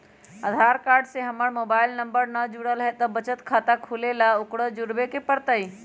आधार card से हमर mobile number न जुरल है त बचत खाता खुलवा ला उकरो जुड़बे के पड़तई?